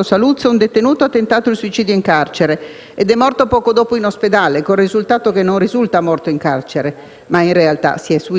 a Saluzzo un detenuto ha tentato il suicidio in carcere ed è morto poco dopo in ospedale, con il risultato che non risulta morto in carcere, ma in realtà si è suicidato